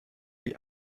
wie